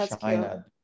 China